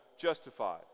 justified